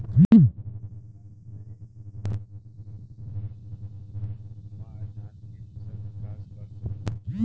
का करे होई की हमार धान के फसल विकास कर सके?